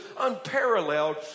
unparalleled